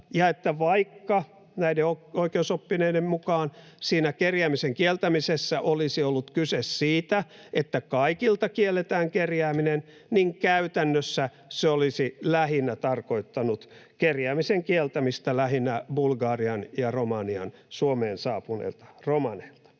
vaikka näiden oikeusoppineiden mukaan siinä kerjäämisen kieltämisessä olisi ollut kyse siitä, että kaikilta kielletään kerjääminen, niin käytännössä se olisi tarkoittanut kerjäämisen kieltämistä lähinnä Bulgariasta ja Romaniasta Suomeen saapuneilta romaneilta.